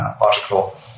logical